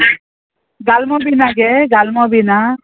गालमो बि ना गे गालमो बि ना